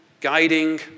guiding